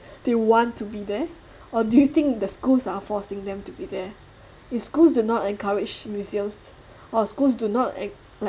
they want to be there or do you think the schools are forcing them to be there in schools do not encourage museums or schools do not encourage